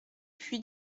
puy